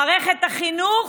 מערכת החינוך,